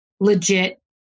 legit